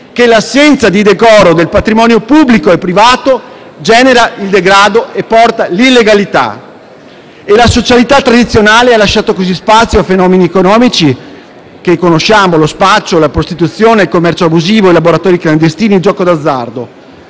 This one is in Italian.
l'assenza di decoro del patrimonio pubblico e privato genera il degrado e porta l'illegalità. La socialità tradizionale ha lasciato così spazio a fenomeni economici che conosciamo: lo spaccio, la prostituzione, il commercio abusivo, i laboratori clandestini, il gioco d'azzardo.